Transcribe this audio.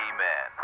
Amen